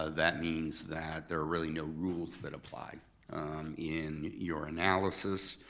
ah that means that there are really no rules that apply in your analysis.